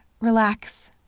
relax